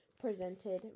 presented